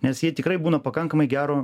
nes jie tikrai būna pakankamai gero